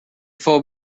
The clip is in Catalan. fou